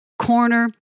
corner